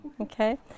okay